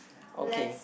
less